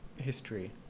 history